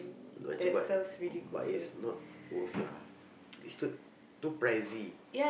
nak cepat but is not worth lah it's too too pricey